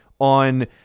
on